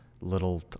little